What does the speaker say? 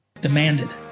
Demanded